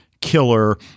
killer